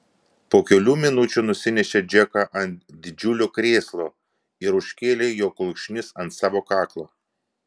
po kelių minučių nusinešė džeką ant didžiulio krėslo ir užkėlė jo kulkšnis ant savo kaklo